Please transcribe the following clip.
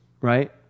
Right